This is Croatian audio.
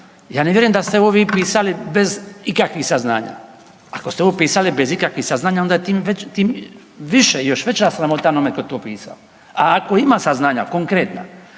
Ja ne vjerujem da ste ovo vi pisali bez ikakvih saznanja, ako ste ovo pisali bez ikakvih saznanja onda tim više još veća sramota onome tko je to pisao. A ako ima saznanja konkretna